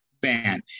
ban